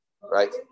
Right